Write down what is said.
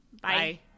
Bye